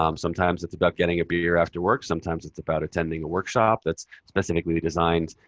um sometimes it's about getting a beer after work. sometimes it's about attending a workshop that's specifically designed